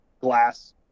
glass